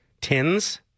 Tins